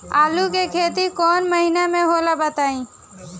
आलू के खेती कौन महीना में होला बताई?